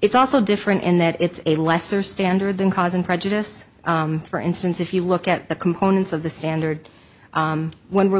it's also different in that it's a lesser standard than causing prejudice for instance if you look at the components of the standard when we're